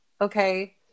Okay